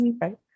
right